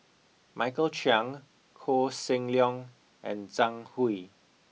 Michael Chiang Koh Seng Leong and Zhang Hui